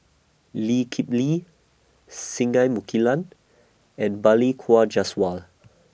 Lee Kip Lee Singai Mukilan and Balli Kaur Jaswal